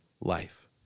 life